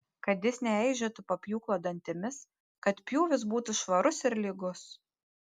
kad jis neeižėtų po pjūklo dantimis kad pjūvis būtų švarus ir lygus